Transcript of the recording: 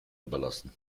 überlassen